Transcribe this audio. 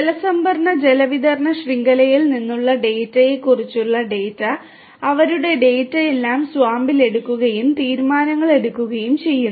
ജലസംഭരണ ജലവിതരണ ശൃംഖലയിൽ നിന്നുള്ള ഡാറ്റയെക്കുറിച്ചുള്ള ഡാറ്റ അവരുടെ ഡാറ്റ എല്ലാം SWAMP ൽ എടുക്കുകയും തീരുമാനങ്ങൾ എടുക്കുകയും ചെയ്യുന്നു